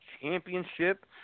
Championship